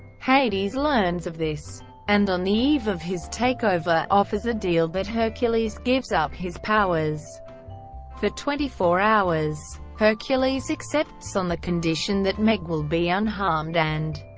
hades learns of this and on the eve of his takeover, offers a deal that hercules gives up his powers for twenty-four hours. hercules accepts on the condition that meg will be unharmed and,